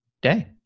day